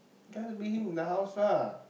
just bring him in the house lah